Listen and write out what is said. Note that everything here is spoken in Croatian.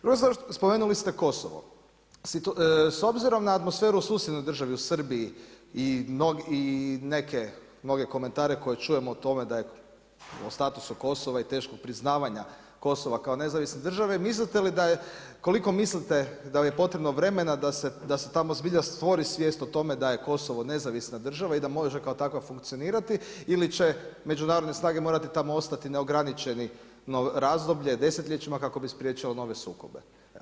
Druga stvar, spomenuli ste Kosovo, s obzirom na atmosferu u susjednoj državi u Srbiji i neke mnoge komentare koje čujemo o tome o statusu Kosova i teškoj priznavanja Kosova kao nezavisne države, koliko mislite da je potrebno vremena da se tamo zbilja stvori svijest o tome da je Kosovo nezavisna država i da može kao takva funkcionirati ili će međunarodne snage morati tamo ostati na neograničeno razdoblje, desetljećima kako bi spriječilo nove sukobe?